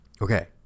Okay